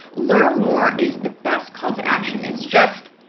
learn more is the best call to action. it's just